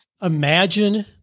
Imagine